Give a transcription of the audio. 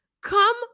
Come